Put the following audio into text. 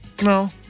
no